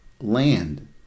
land